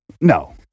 No